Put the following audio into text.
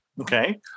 Okay